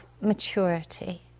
maturity